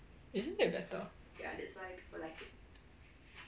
isn't that better